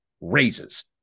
Raises